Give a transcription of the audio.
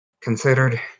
considered